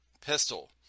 pistol